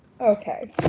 Okay